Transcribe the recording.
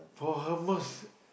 for how much